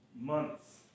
months